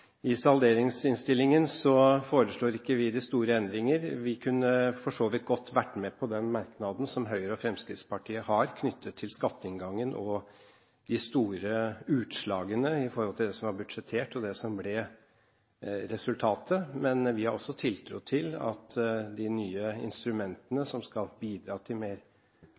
I salderingsinnstillingen foreslår ikke vi de store endringer. Vi kunne for så vidt godt vært med på den merknaden som Høyre og Fremskrittspartiet har knyttet til skatteinngangen og de store utslagene i forhold til det som er budsjettert, og det som ble resultatet. Men vi har også tiltro til at de nye instrumentene som skal bidra til